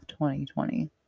2020